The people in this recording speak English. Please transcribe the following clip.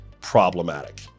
problematic